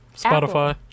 Spotify